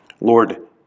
Lord